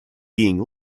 being